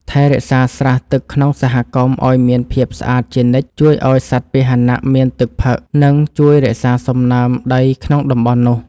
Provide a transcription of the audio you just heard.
ថែរក្សាស្រះទឹកក្នុងសហគមន៍ឱ្យមានភាពស្អាតជានិច្ចជួយឱ្យសត្វពាហនៈមានទឹកផឹក និង ជួយរក្សាសំណើមដីក្នុងតំបន់នោះ។